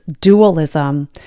dualism